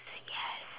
yes